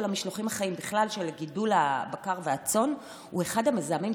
גידול הבקר והצאן הוא משמעותי.